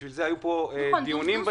בשביל זה היו פה דיונים בעניין.